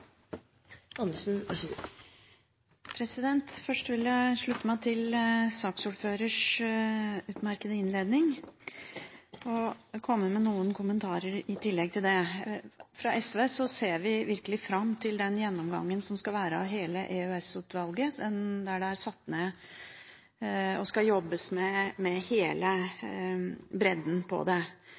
Først vil jeg slutte meg til saksordførerens utmerkede innledning, og jeg vil komme med noen kommentarer i tillegg til det. Fra SVs side ser vi virkelig fram til den gjennomgangen som skal være av EOS-utvalget. Det er nedsatt et utvalg, og det skal jobbes med hele bredden av det.